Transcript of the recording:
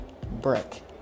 brick